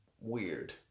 Weird